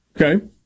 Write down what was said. Okay